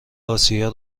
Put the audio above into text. آسیا